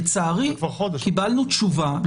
לצערי קיבלנו תשובה --- זה כבר חודש.